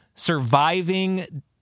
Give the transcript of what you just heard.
surviving